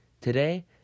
today